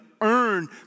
earn